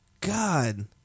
God